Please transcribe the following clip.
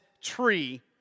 tree